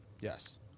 Yes